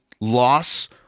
loss